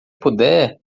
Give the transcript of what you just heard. puder